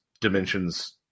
dimensions